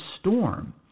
Storm